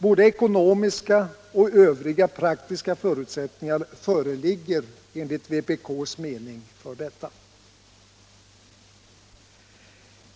Både ekonomiska och övriga praktiska förutsättningar föreligger enligt vpk:s mening för detta.